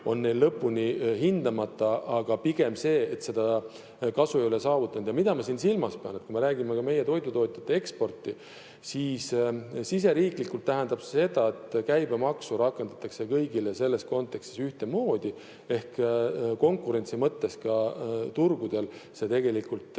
on neil lõpuni hindamata, aga pigem on nii, et seda kasu ei ole saavutanud. Ja mida ma silmas pean? Kui me räägime ka meie toidutootjate ekspordist, siis siseriiklikult tähendab see seda, et käibemaksu rakendatakse kõigile selles kontekstis ühtemoodi ehk konkurentsi mõttes ka turgudel see tegelikult